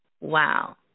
Wow